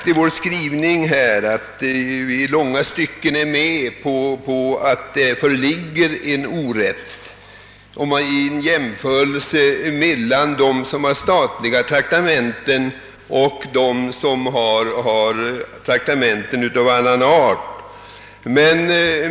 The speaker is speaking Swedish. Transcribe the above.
I vår skrivning har vi ju framhållit att vi håller med om att det föreligger en orättvisa vid en jämförelse mellan statliga traktamenten och andra.